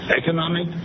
economic